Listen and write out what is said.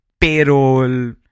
payroll